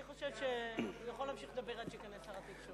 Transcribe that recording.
אני חושבת שהוא יכול להמשיך לדבר עד שייכנס שר התקשורת.